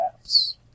apps